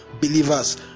believers